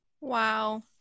Wow